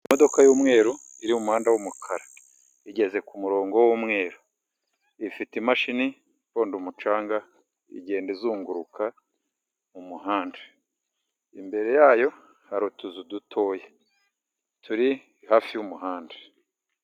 Imodoka y'umweru iri mu muhanda w'umukara, igeze ku murongo w'umweru. Ifite imashini iponda umucanga, igenda izunguruka mu umuhanda. Imbere yayo hari utuzu dutoya turi hafi y'umuhanda.